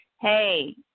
Hey